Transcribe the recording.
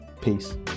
Peace